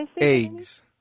Eggs